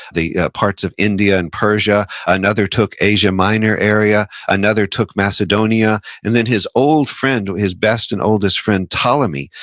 the parts of india and persia, another took asia minor area, another took macedonia, and then his old friend or his best and oldest friend, ptolemy,